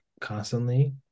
constantly